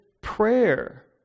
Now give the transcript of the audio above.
prayer